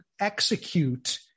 execute